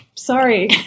Sorry